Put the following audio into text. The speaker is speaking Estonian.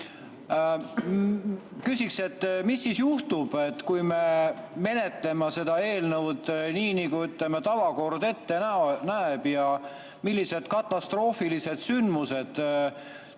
küsin, mis siis juhtub, kui me menetleme seda eelnõu nii, nagu, ütleme, tavakord ette näeb. Millised katastroofilised sündmused